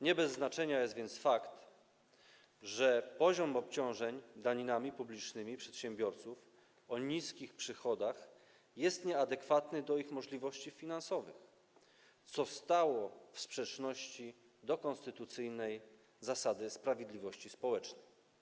Nie bez znaczenia jest więc fakt, że poziom obciążeń daninami publicznymi przedsiębiorców o niskich przychodach jest nieadekwatny do ich możliwości finansowych, co stało w sprzeczności do konstytucyjnej zasady sprawiedliwości społecznej.